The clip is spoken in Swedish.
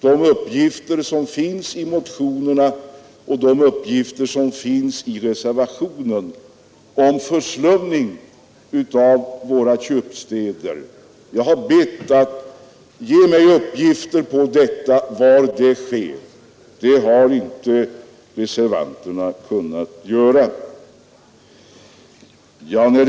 Det finns i motionerna uppgifter om förslumning av våra köpstäder. Jag har bett att få veta var de finns, men det har reservanterna inte kunnat tala om.